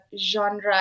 genre